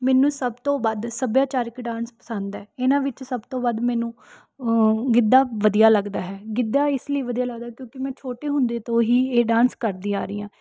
ਮੈਨੂੰ ਸਭ ਤੋਂ ਵੱਧ ਸੱਭਿਆਚਾਰਕ ਡਾਂਸ ਪਸੰਦ ਹੈ ਇਨ੍ਹਾਂ ਵਿੱਚ ਸਭ ਤੋਂ ਵੱਧ ਮੈਨੂੰ ਗਿੱਧਾ ਵਧੀਆ ਲੱਗਦਾ ਹੈ ਗਿੱਧਾ ਇਸ ਲਈ ਵਧੀਆ ਲੱਗਦਾ ਕਿਉਂਕਿ ਮੈਂ ਛੋਟੇ ਹੁੰਦੇ ਤੋਂ ਹੀ ਇਹ ਡਾਂਸ ਕਰਦੀ ਆ ਰਹੀ ਹਾਂ